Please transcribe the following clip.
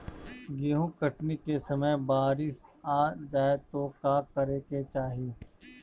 गेहुँ कटनी के समय बारीस आ जाए तो का करे के चाही?